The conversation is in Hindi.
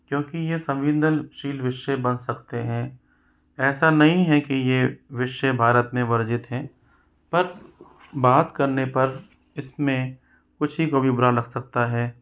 क्योंकि ये संवेदनशील विषय बन सकते है ऐसा नहीं है के ये विषय भारत में वर्जित हैं पर बात करने पर इस में किसी को भी बुरा लग सकता है